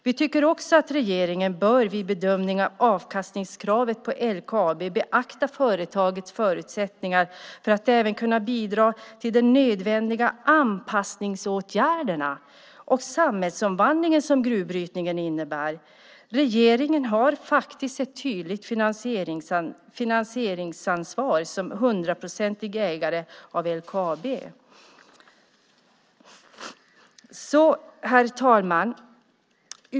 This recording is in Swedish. Vi tycker också att regeringen vid bedömning av avkastningskravet på LKAB bör beakta företagets förutsättningar att även kunna bidra till de nödvändiga anpassningsåtgärder och den samhällsomvandling som gruvbrytningen innebär. Regeringen har faktiskt ett tydligt finansieringsansvar som hundraprocentig ägare av LKAB. Herr talman!